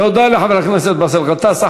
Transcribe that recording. תודה לחבר הכנסת באסל גטאס.